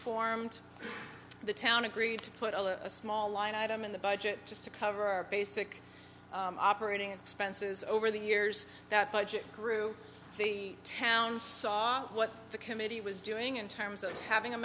formed the town agreed to put a small line item in the budget just to cover basic operating expenses over the years that budget grew the town saw what the committee was doing in terms of having a